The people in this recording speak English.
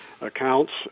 accounts